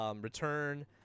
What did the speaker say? Return